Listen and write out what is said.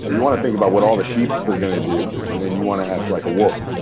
you want to think about what all the sheep are going to do and then you want to act like a wolf?